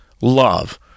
love